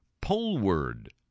poleward